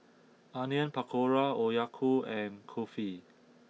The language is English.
Onion Pakora Okayu and Kulfi